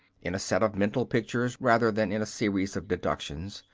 in a set of mental pictures rather than in a series of deductions,